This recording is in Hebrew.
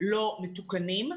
לא מתוקנים,